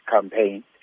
campaign